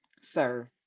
sir